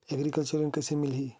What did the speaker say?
Agriculture ऋण कइसे मिलही?